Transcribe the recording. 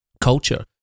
culture